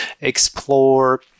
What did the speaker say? explore